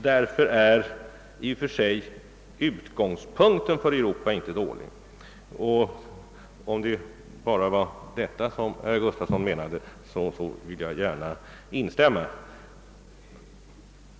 Därför är i och för sig utgångspunkten för Europa inte dålig. — Om detta var vad herr Gustafson ville framhålla skall jag gärna instämma.